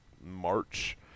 March